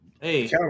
Hey